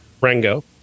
Rango